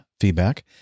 feedback